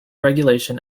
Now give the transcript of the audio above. regulation